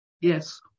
Yes